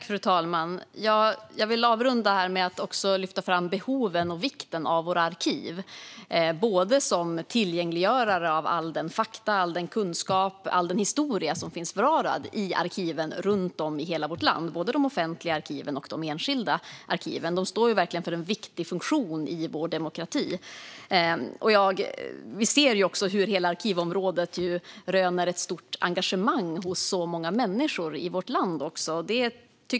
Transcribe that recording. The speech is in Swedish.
Fru talman! Jag vill avrunda med att lyfta fram behoven och vikten av våra arkiv som tillgängliggörare av alla de fakta, all den kunskap och all den historia som finns bevarad i arkiven runt om i hela vårt land, både de offentliga och de enskilda. De står verkligen för en viktig funktion i vår demokrati. Vi ser också hur hela arkivområdet röner ett stort engagemang hos många människor i vårt land.